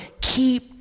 keep